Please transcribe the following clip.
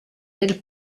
del